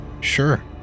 Sure